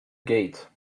gate